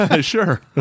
Sure